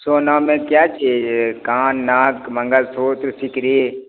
सोना में क्या चीज़ है कान नाक मंगलसूत्र सिकड़ी